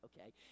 Okay